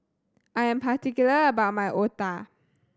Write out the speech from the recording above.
I am particular about my Otah